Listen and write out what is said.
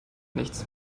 nichts